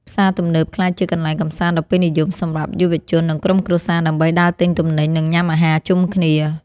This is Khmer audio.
ផ្សារទំនើបក្លាយជាកន្លែងកម្សាន្តដ៏ពេញនិយមសម្រាប់យុវជន និងក្រុមគ្រួសារដើម្បីដើរទិញទំនិញ និងញ៉ាំអាហារជុំគ្នា។